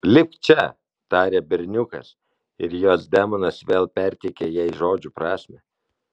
lipk čia tarė berniukas ir jos demonas vėl perteikė jai žodžių prasmę